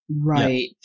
Right